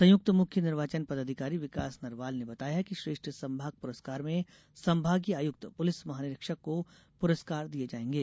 संयुक्त मुख्य निर्वाचन पदाधिकारी विकास नरवाल ने बताया है कि श्रेष्ठ संभाग पुरस्कार में संभागीय आयुक्त पुलिस महानिरीक्षक को पुरस्कार दिये जाएंगे